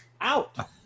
out